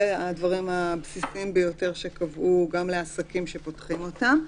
אלה הדברים הבסיסיים ביותר שקבעו לעסקים שפותחים אותם.